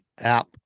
app